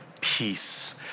peace